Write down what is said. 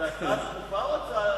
זו הצעה דחופה או הצעה רגילה?